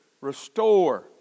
restore